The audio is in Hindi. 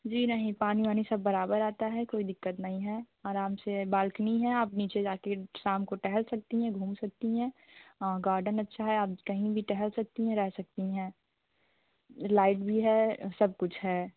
जी नहीं पानी वानी सब बराबर आता है कोई दिक्कत नहीं है आराम से बाल्कनी है आप नीचे जा कर शाम को टहल सकती हैं घूम सकती हैं गार्डन अच्छा है आप कहीं भी टहल सकती हैं रह सकती हैं लाइट भी है सब कुछ है